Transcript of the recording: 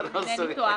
אם איני טועה,